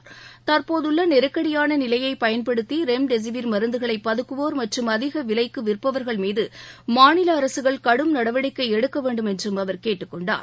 அதே நேரத்தில் தற்போதுள்ள நெருக்கடியான நிலையை பயன்படுத்தி ரெம்டிசிவிர் மருந்துகளை பதுக்குவோா் மற்றும் அதிக விலைக்கு விற்பவா்கள் மீது மாநில அரசுகள் கடும் நடவடிக்கை எடுக்க வேண்டும் என்று அவர் கேட்டுக்கொண்டார்